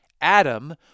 adam